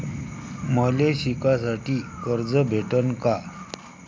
मले शिकासाठी कर्ज भेटन का?